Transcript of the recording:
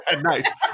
Nice